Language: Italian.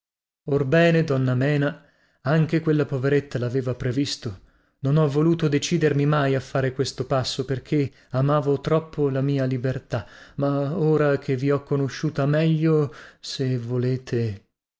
bene donna mena anche quella poveretta laveva previsto non ho voluto decidermi mai a fare questo passo perchè amavo troppo la mia libertà ma ora che vi ho conosciuta meglio se volete